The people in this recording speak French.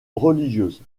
religieuses